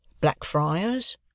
Blackfriars